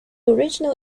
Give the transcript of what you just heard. original